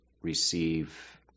receive